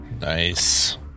Nice